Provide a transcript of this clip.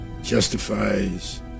Justifies